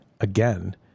again